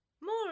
More